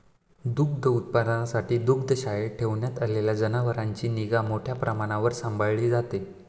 दुग्धोत्पादनासाठी दुग्धशाळेत ठेवण्यात आलेल्या जनावरांची निगा मोठ्या प्रमाणावर सांभाळली जाते